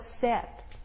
set